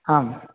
आम्